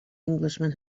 englishman